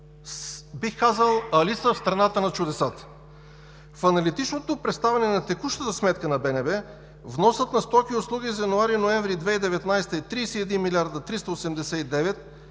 Бих казал: Алиса в страната на чудесата! В аналитичното представяне на текущата сметка на БНБ вносът на стоки и услуги за януари-ноември 2019 г. е 31 млрд. 389 млн.